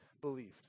believed